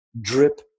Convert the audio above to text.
drip